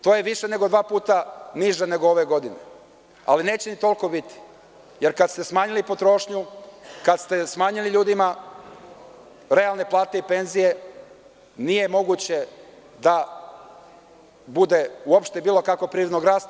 To je više nego dva puta niže nego ove godine, ali neće ni toliko biti, jer kada ste smanjili potrošnju, kada ste smanjili ljudima realne plate i penzije, nije moguće da bude uopšte bilo kakvog privrednog rasta.